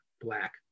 black